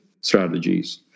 strategies